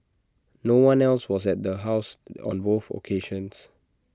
no one else was at the house on both occasions